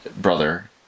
brother